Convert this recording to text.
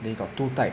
they got two type